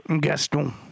Gaston